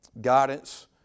guidance